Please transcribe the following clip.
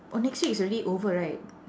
oh next week it's already over right